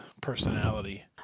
personality